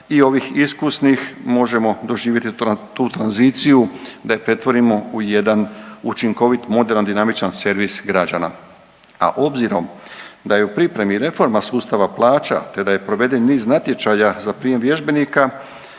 i ovih iskusnih možemo doživjeti tu tranziciju da je pretvorimo u jedan učinkovit, moderan, dinamičan servis građana. A obzirom da je u pripremi reforma sustava plaća te da je proveden niz natječaja za prijem vježbenika